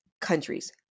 countries